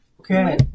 Okay